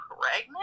pregnant